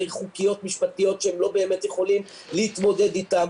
חוקיות משפטיות שהם לא באמת יכולים להתמודד איתם,